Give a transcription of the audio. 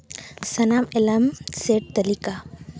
ᱥᱟᱱᱟᱢ alarm set ᱛᱟᱞᱤᱠᱟ